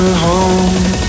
home